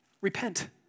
repent